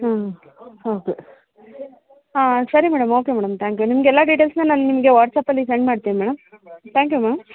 ಹ್ಞೂ ಹೌದು ಹಾಂ ಸರಿ madam okay madam thank you ನಿಮಗೆಲ್ಲ ಡೀಟೇಲ್ಸ್ನ ನಾನು ನಿಮಗೆ ವಾಟ್ಸಪ್ ಅಲ್ಲಿ ಸೆಂಡ್ ಮಾಡ್ತೀನಿ ಮೇಡಮ್ ತ್ಯಾಂಕ್ ಯು ಮ್ಯಾಮ್